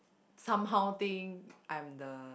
somehow think I'm the